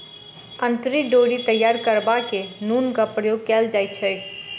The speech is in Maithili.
अंतरी डोरी तैयार करबा मे नूनक प्रयोग कयल जाइत छै